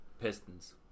Pistons